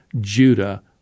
Judah